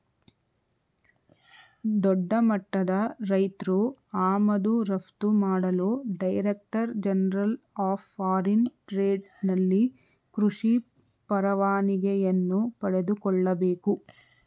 ದೊಡ್ಡಮಟ್ಟದ ರೈತ್ರು ಆಮದು ರಫ್ತು ಮಾಡಲು director general of foreign trade ನಲ್ಲಿ ಕೃಷಿ ಪರವಾನಿಗೆಯನ್ನು ಪಡೆದುಕೊಳ್ಳಬೇಕು